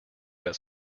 that